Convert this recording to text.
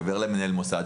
יעביר למנהל מוסד,